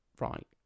Right